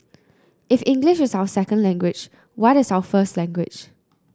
if English is our second language what is our first language